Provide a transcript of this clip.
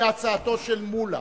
והצעתו של מולה,